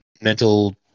mental